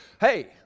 hey